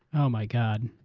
oh, my god.